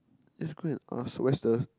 just go and ask where's the